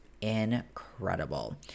incredible